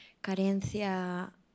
carencia